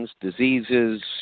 diseases